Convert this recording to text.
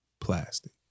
plastic